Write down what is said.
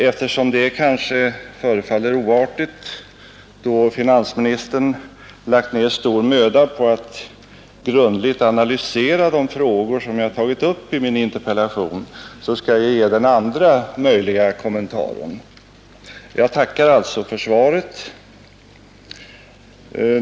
— Eftersom detta kanske förefaller oartigt, då finansministern lagt ned stor möda på att grundligt analysera de frågor som jag tagit upp i min interpellation, skall jag ge den andra möjliga kommentaren. Jag tackar alltså för svaret.